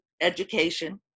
education